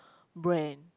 brand